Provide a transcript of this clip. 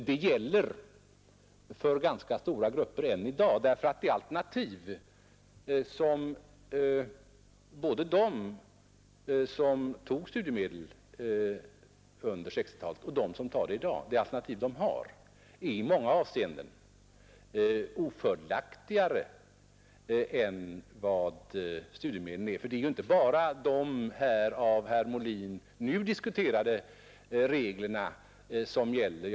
Det gäller för ganska stora grupper än i dag, därför att det alternativ som både de som tog studiemedel under 1960-talet och de som tar det i dag har, det är i många avseenden ofördelaktigare än studiemedlen. Det är ju inte bara de av herr Molin nu berörda reglerna som gäller.